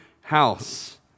house